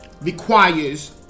requires